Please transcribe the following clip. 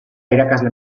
irakasle